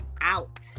out